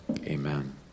Amen